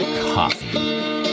coffee